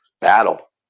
battle